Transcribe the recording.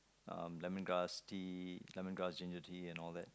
um lemongrass tee lemongrass ginger tea and all that